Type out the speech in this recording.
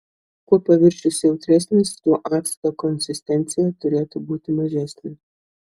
kuo paviršius jautresnis tuo acto konsistencija turėtų būti mažesnė